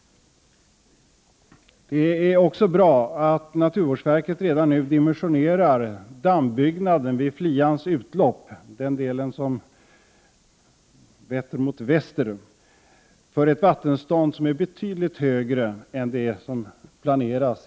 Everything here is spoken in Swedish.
Det är bra att naturvårdsverket redan nu dimensionerar dammbyggnaden vid Flians utlopp, den del som vetter västerut, för ett vattenstånd som är betydligt högre än det som nu planeras.